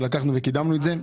לקחנו את זה וקידמנו את זה.